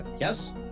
yes